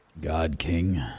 God-King